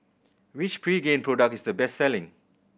which Pregain product is the best selling